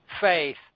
faith